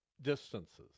distances